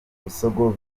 busogo